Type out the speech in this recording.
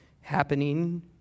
happening